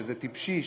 שזה טיפשי,